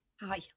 Hi